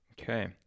Okay